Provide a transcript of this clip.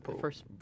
First